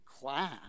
class